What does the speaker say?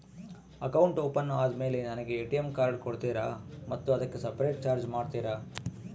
Account open ಆದಮೇಲೆ ನನಗೆ ATM card ಕೊಡ್ತೇರಾ ಮತ್ತು ಅದಕ್ಕೆ ಸಪರೇಟ್ ಚಾರ್ಜ್ ಮಾಡ್ತೇರಾ?